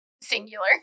Singular